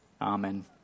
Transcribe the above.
Amen